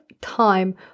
time